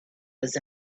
was